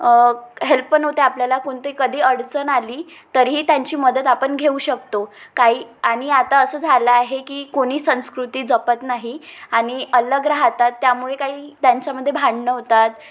help पण होते आपल्याला कोणते कधी अडचण आली तरीही त्यांची मदत आपण घेऊ शकतो काही आणि आता असं झालं आहे की कोणी संस्कृती जपत नाही आणि अल्लग राहतात त्यामुळे काही त्यांच्यामध्ये भांडण होतात